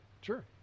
Sure